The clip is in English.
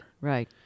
right